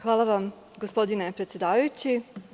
Hvala vam, gospodine predsedavajući.